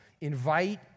invite